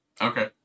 Okay